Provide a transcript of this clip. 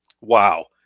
Wow